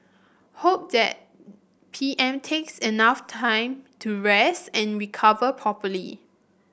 hope that P M takes enough time to rest and recover